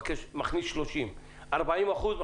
מכניס 30. 40 אחוזים,